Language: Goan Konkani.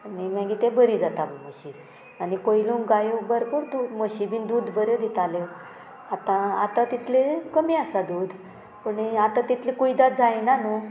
आनी मागीर तें बरी जाता म्हशी आनी पयलू गायो भरपूर म्हशी बीन दूद बऱ्यो दिताल्यो आतां आतां तितले कमी आसा दूद पूण आतां तितले कुयदाद जायना न्हू